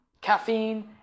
caffeine